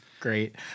Great